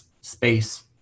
space